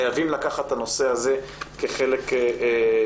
חייבים לקחת את הנושא הזה כחלק מסדר-היום.